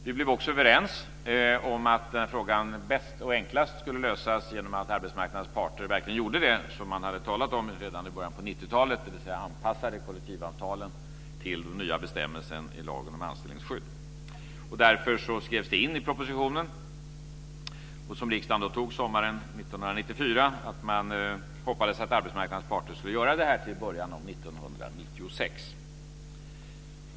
Vi blev också överens om att frågan bäst och enklast skulle lösas genom att arbetsmarknadens parter verkligen gjorde det som de hade talat om redan i början på 90-talet, dvs. att anpassa kollektivavtalen till den nya bestämmelsen i lagen om anställningsskydd. Därför skrevs det in i propositionen, som riksdagen antog sommaren 1994, att man hoppades att arbetsmarknadens parter skulle göra detta till i början av 1996.